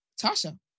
Tasha